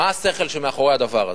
מה השכל שמאחורי הדבר הזה?